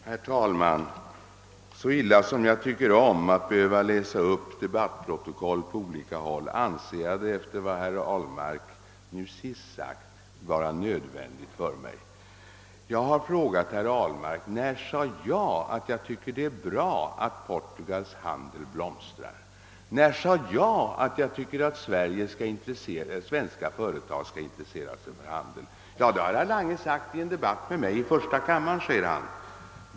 Herr talman! Hur illa jag än tycker om att läsa upp debattprotokoll anser jag det dock, efter vad herr Ahlmark nu sist har sagt, vara nödvändigt att göra det. Jag har frågat herr Ahlmark: När sade jag att jag tycker det är bra att Portugals handel blomstrar? När sade jag att jag tycker att svenska företag skall intressera sig för handel med Portugal? Det har herr Lange sagt i en debatt med mig i första kammaren, säger herr Ahlmark.